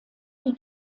die